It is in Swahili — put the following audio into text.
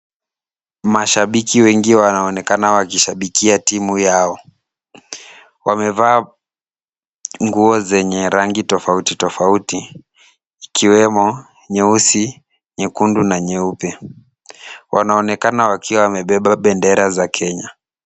Mashabiki wengi wanaonekana wakishabikia timu yao. Wamevaa nguo zenye rangi tofauti tofauti, ikiwemo nyeusi, nyekundu na nyeupe. Wanaonekana wakiwa wamebeba bendera za kenya.